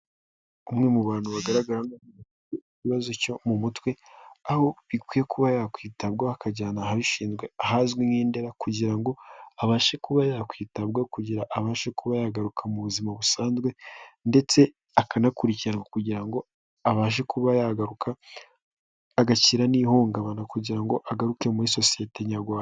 Umwe mu bantu bagaragara nk'aho afite ikibazo cyo mu mutwe, aho bikwiye kuba yakwitabwaho akajyanwa ahabishyizwe ahazwi nk'indera kugira ngo abashe kuba yakwitabwaho kugira abashe kuba yagaruka mu buzima busanzwe, ndetse akanakurikiranwa, kugira ngo abashe kuba yagaruka agashyira n'ihungabana kugira ngo agaruke muri sosiyete Nyarwanda.